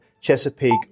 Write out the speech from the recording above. Chesapeake